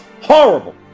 horrible